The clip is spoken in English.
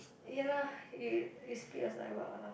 ya lah you you spit your saliva